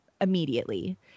immediately